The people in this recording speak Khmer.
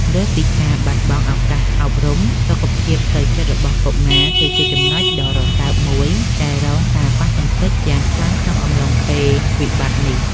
លើសពីការបាត់បង់ឱកាសអប់រំ សុខភាពផ្លូវចិត្តរបស់កុមារគឺជាចំណុចដ៏រសើបមួយដែលរងការប៉ះទង្គិចយ៉ាងខ្លាំងក្នុងអំឡុងពេលវិបត្តិនេះ។